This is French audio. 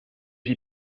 j’y